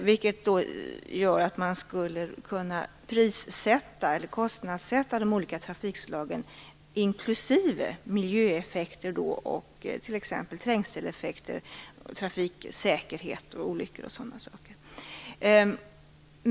Det gör att man skulle kunna kostnadssätta de olika trafikslagen, inklusive miljöeffekter och t.ex. trängseleffekter, trafiksäkerhet och olyckor.